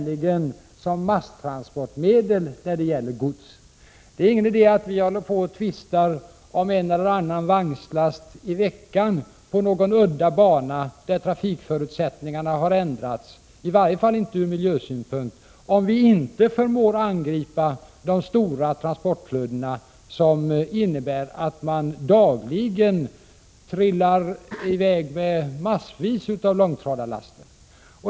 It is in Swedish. Det är ingen idé — i varje fall inte ur miljösynpunkt — att vi här tvistar om en eller annan vagnslast i veckan på någon udda bana där trafikförutsättningarna har ändrats, om vi inte förmår att angripa de stora transportflödena, som innebär att det dagligen rullar i väg massvis med långtradarlaster.